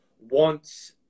wants